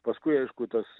paskui aišku tas